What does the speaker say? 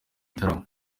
gitaramo